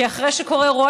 כי אחרי שקורה אירוע